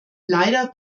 leider